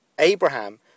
Abraham